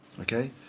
okay